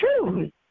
true